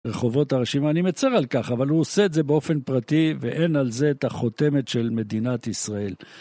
רחובות הרשימה, אני מצר על כך, אבל הוא עושה את זה באופן פרטי ואין על זה את החותמת של מדינת ישראל.